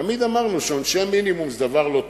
תמיד אמרנו שעונשי המינימום זה דבר לא טוב.